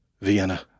Vienna